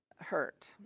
hurt